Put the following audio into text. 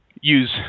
use